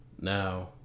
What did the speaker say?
Now